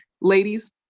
ladies